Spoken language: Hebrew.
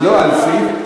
לא, על סעיף,